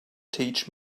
teach